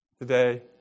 today